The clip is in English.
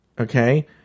okay